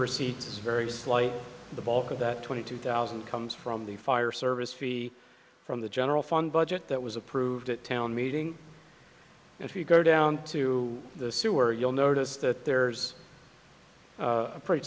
receipts is very slight the bulk of that twenty two thousand comes from the fire service fee from the general fund budget that was approved at town meeting if you go down to the sewer you'll notice that there's a pr